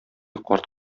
карт